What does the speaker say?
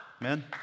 Amen